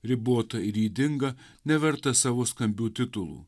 ribota ir ydinga neverta savo skambių titulų